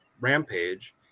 Rampage